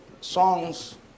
songs